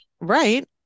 right